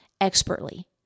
expertly